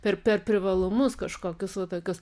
per per privalumus kažkokius va tokius